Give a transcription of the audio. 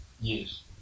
yes